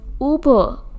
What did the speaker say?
Uber